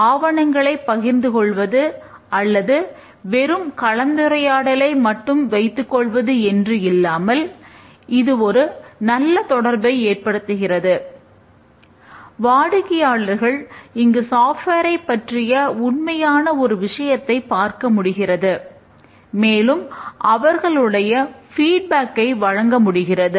ஆனால் டெவலப்பர்கள் ஐ வழங்க முடிகிறது